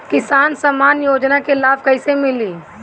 किसान सम्मान योजना के लाभ कैसे मिली?